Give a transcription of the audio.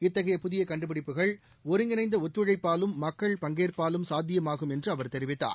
இத்தகைய புதிய கண்டுபிடிப்புகள் ஒருங்கிணைந்த ஒத்துழைப்பாலும் மக்கள் பங்கேற்பாலும் சாத்தியமாகும் என்று அவர் தெரிவித்தார்